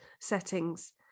settings